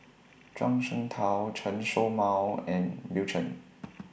Zhuang Shengtao Chen Show Mao and Bill Chen